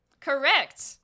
Correct